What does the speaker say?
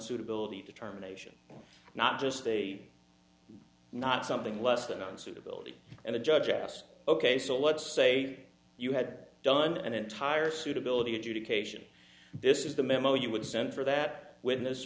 suitability determination not just a not something less than on suitability and the judge asked ok so let's say you had done an entire suitability adjudication this is the memo you would send for that witness